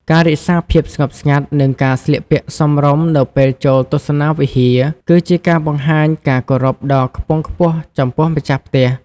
ការរក្សាភាពស្ងប់ស្ងាត់ និងការស្លៀកពាក់សមរម្យនៅពេលចូលទស្សនាវិហារ គឺជាការបង្ហាញការគោរពដ៏ខ្ពង់ខ្ពស់ចំពោះម្ចាស់ផ្ទះ។